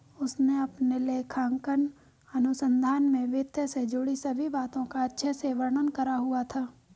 उसने अपने लेखांकन अनुसंधान में वित्त से जुड़ी सभी बातों का अच्छे से वर्णन करा हुआ था